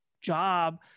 job